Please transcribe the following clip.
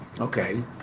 Okay